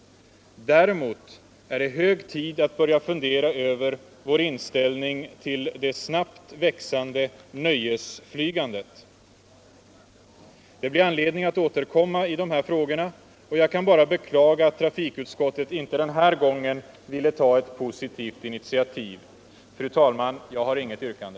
Däremot är det hög tid att börja fundera över vår inställning till det snabbt växande nöjesflygandet. Det blir anledning att återkomma i de frågorna, och jag kan bara beklaga att trafikutskottet inte den här gången ville ta ett positivt initiativ. Fru talman! Jag har inget yrkande.